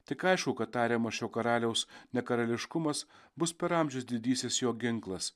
tik aišku kad tariamas šio karaliaus nekarališkumas bus per amžius didysis jo ginklas